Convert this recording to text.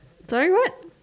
sorry what